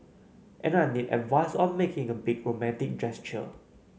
and I need advice on making a big romantic gesture